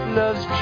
loves